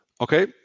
Okay